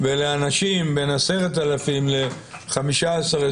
ולאנשים בין 10,000 ל-15,000,